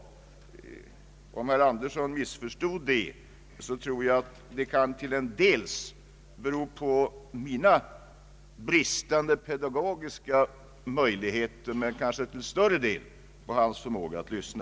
Om herr Axel Andersson missförstod det, tror jag det till en del kan bero på min bristande förmåga att uttrycka mig, men det kanske till större delen beror på hans oförmåga att lyssna.